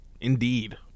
Indeed